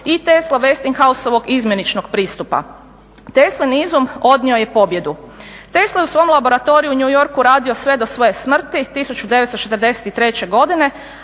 i Tesla-Westinghouseovog izmjeničnog pristupa. Teslin izum odnio je pobjedu. Tesla je u svom laboratoriju u New Yorku radio sve do svoje smrti 1943. godine,